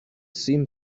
seemed